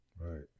Right